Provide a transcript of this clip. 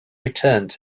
returned